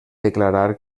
declarar